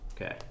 Okay